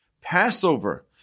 Passover